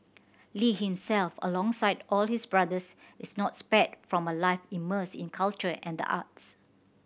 lee himself alongside all his brothers is not spared from a life immersed in culture and the arts